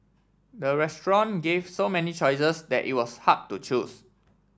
the restaurant gave so many choices that it was hard to choose